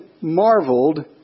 marveled